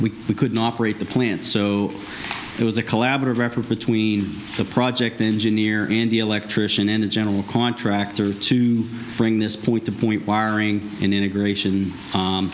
we couldn't operate the plant so it was a collaborative effort between the project engineer and the electrician and general contractor to bring this point to point wiring integration